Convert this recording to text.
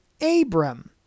Abram